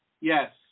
Yes